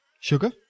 Sugar